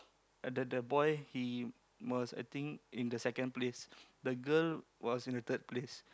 and then the boy he was I think in the second place the girl was in the third place